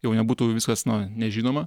jau nebūtų viskas na nežinoma